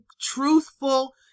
truthful